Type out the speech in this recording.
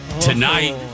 Tonight